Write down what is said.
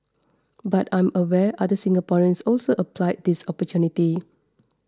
but I am aware other Singaporeans also applied this opportunity